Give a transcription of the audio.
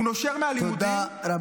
הוא נושר מהלימודים -- תודה רבה.